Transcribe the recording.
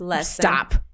Stop